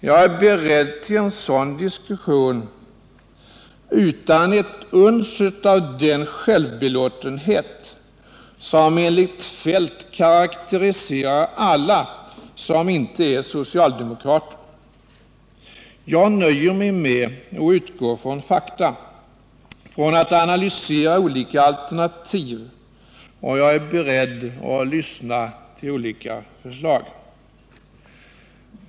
Jag är beredd till en sådan diskussion utan ett uns av den självbelåtenhet som enligt herr Feldt karaktäriserar alla som inte är socialdemokrater. Jag nöjer mig med att utgå från fakta, att analysera olika alternativ, och jag är beredd att lyssna till olika förslag.